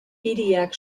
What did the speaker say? hiriak